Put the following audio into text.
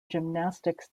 gymnastics